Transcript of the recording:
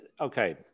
Okay